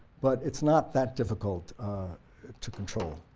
but it's not that difficult to control.